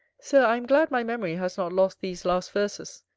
sir, i am glad my memory has not lost these last verses,